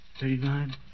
Thirty-nine